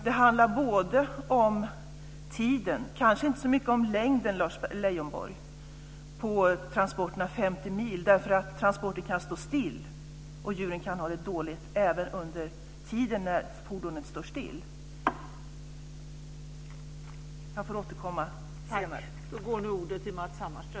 Det handlar bl.a. om tiden, däremot kanske inte så mycket om längden på transporterna, t.ex. 50 mil, Lars Leijonborg, eftersom transporter kan stå still. Djuren kan ha det dåligt även när fordonet står still. Jag får återkomma senare.